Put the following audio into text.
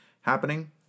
happening